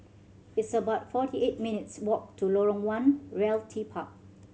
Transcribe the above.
it's about forty eight minutes' walk to Lorong One Realty Park